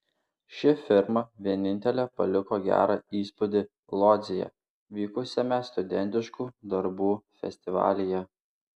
ši firma vienintelė paliko gerą įspūdį lodzėje vykusiame studentiškų darbų festivalyje